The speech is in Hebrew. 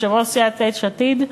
יושב-ראש סיעת יש עתיד,